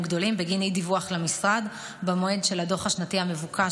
גדולים בגין אי-דיווח למשרד במועד של הדוח השנתי המבוקש